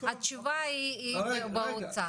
התשובה היא באוצר.